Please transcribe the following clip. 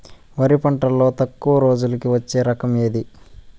వరి పంటలో తక్కువ రోజులకి వచ్చే రకం ఏది?